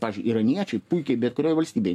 pavyzdžiui iraniečiai puikiai bet kurioj valstybėj